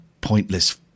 pointless